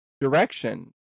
direction